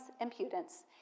impudence